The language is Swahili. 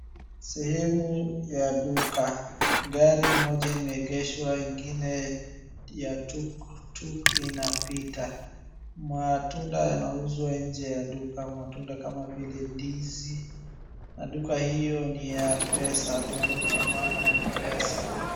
Sehemu ya duka, gari moja imeegeshwa ingine ya tuktuk inapita. Matunda yanauzwa nje ya duka. Matunda kama vile ndizi na duka hiyo ni ya pesa almaarufu kama Mpesa.